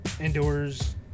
indoors